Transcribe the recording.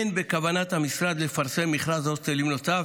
אין בכוונת המשרד לפרסם מכרז הוסטלים נוסף,